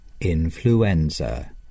influenza